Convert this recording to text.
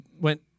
went